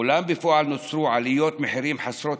אולם בפועל נוצרו עליות מחירים חסרות